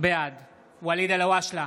בעד ואליד אלהואשלה,